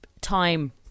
time